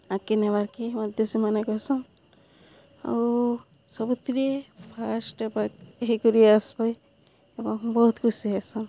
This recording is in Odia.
ଆଗ୍କେ ନେବାର୍କେ ମଧ୍ୟ ସେମାନେ କହେସନ୍ ଆଉ ସବୁଥିରେ ଫାଷ୍ଟ୍ ହେବା ହେଇକରି ଆସ୍ବେ ଏବଂ ବହୁତ୍ ଖୁସି ହେସନ୍